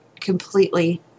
completely